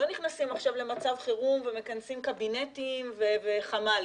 לא נכנסים עכשיו למצב חירום ומכנסים קבינטים וחמ"לים.